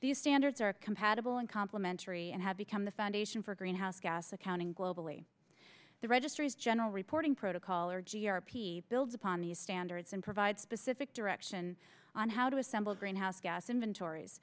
these standards are compatible and complementary and have become the foundation for greenhouse gas accounting globally the registry's general reporting protocol or g r p builds upon these standards and provide specific direction on how to assemble greenhouse gas inventories